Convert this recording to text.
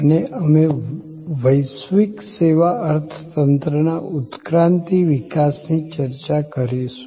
અને અમે વૈશ્વિક સેવા અર્થતંત્રના ઉત્ક્રાંતિ વિકાસની ચર્ચા કરીશું